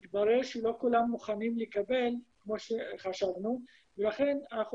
מתברר שלא כולם מוכנים לקבל כמו שחשבנו ולכן אנחנו